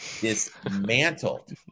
Dismantled